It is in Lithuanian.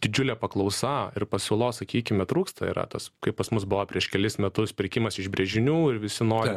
didžiulė paklausa ir pasiūlos sakykime trūksta yra tas kai pas mus buvo prieš kelis metus pirkimas iš brėžinių ir visi nori